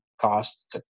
cost